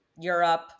Europe